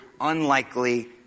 unlikely